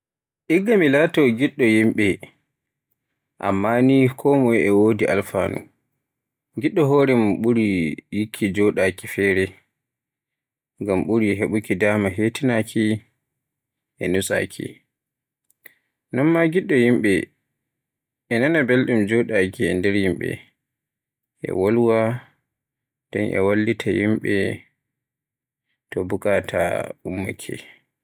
Igga mi laato giɗɗo yimɓe, amma ni kon moye e wodi alfanu, giɗɗo hore mun ɓuri yikki joɗaaki fere, ngam ɓuri heɓuki dama hetinaaki e nutsaaki. Non ma giɗɗo yimɓe e nana belɗum joɗaaki e nder yimɓe, e wolwa, nden e wallita yimɓe to bukata ummaake.